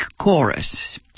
chorus